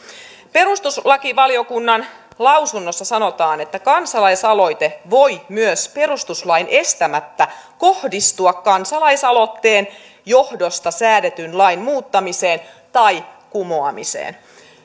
perustuslakivaliokunnan lausunnossa sanotaan että kansalaisaloite voi myös perustuslain estämättä kohdistua kansalaisaloitteen johdosta säädetyn lain muuttamiseen tai kumoamiseen